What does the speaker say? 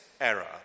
error